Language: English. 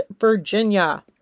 Virginia